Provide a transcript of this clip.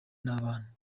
n’abana